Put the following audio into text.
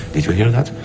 did you hear that?